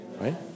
Right